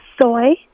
soy